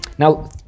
Now